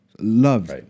Love